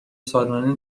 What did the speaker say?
سالانه